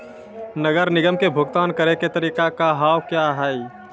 नगर निगम के भुगतान करे के तरीका का हाव हाई?